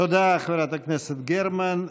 תודה, חברת הכנסת גרמן.